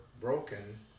broken